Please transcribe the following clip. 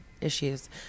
issues